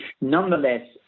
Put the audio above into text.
Nonetheless